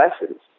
lessons